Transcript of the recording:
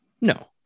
No